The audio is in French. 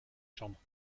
chambre